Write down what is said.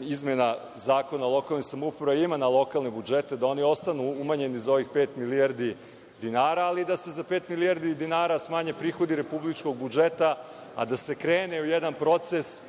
izmena Zakona o lokalnim samoupravama, ima na lokalne budžete, da oni ostanu umanjeni za ovih pet milijardi dinara, ali da se za pet milijardi dinara smanje prihodi republičkog budžeta, a da se krene u jedan proces